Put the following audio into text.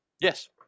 Yes